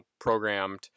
programmed